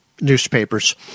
newspapers